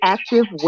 Active